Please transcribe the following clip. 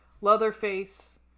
Leatherface